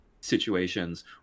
situations